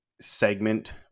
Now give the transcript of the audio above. segment